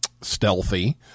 stealthy